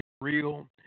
real